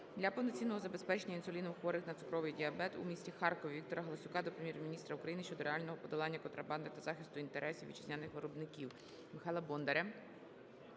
для повноцінного забезпечення інсуліном хворих на цукровий діабет у місті Харкові. Віктора Галасюка до Прем'єр-міністра України щодо реального подолання контрабанди та захисту інтересів вітчизняних виробників.